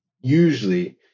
usually